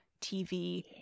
tv